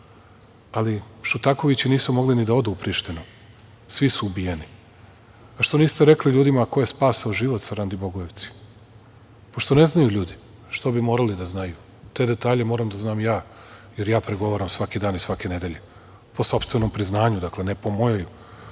Ali, Šutakovići nisu mogli ni da odu u Prištinu, svi su ubijeni. Što niste rekli ljudima ko je spasao život Sarandi Bogojevci pošto ne znaju ljudi? A što bi morali da znaju? Te detalje moram da znam ja, jer ja pregovaram svaki dan i svake nedelje po sopstvenom priznanju. Dakle, ne po mojim